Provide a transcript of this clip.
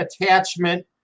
attachment